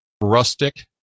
rustic